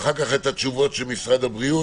ואחר כך את התשובות של משרד הבריאות.